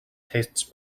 tastes